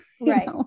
right